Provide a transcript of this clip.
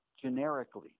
generically